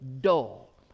dull